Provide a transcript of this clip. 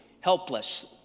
helpless